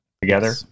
together